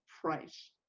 price